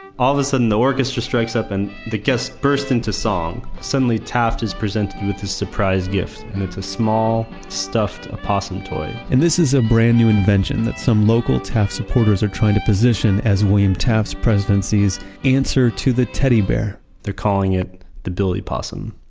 all of a sudden, the orchestra strikes up and the guests burst into song. suddenly taft is presented with this surprise gift. and it's a small, stuffed ah opossum toy and this is a brand new invention that some local taft supporters are trying to position as william taft's presidency's answer to the teddy bear they're calling it the billy possum.